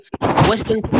Western